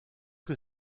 que